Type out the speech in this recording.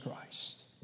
Christ